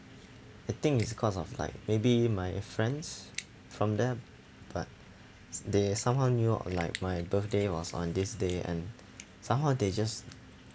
I think it's cause of like maybe my friends from them but they somehow knew like my birthday was on this day and somehow they just